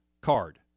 card